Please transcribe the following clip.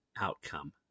outcome